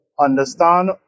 understand